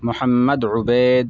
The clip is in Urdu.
محمد عبید